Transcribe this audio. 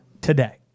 today